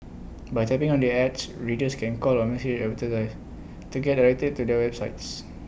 by tapping on the ads readers can call or message to get directed to their websites